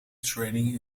training